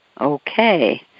Okay